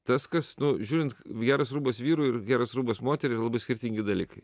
tas kas nu žiūrint geras rūbas vyrui ir geras rūbas moteriai yra labai skirtingi dalykai